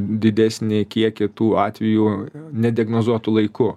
didesnį kiekį tų atvejų nediagnozuotų laiku